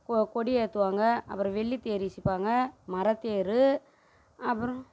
கொ கொடி ஏற்றுவாங்க அப்புறம் வெள்ளித்தேர் இசிப்பாங்க மரத்தேர் அப்புறம்